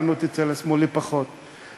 אצל השמאל הגזענות היא פחותה.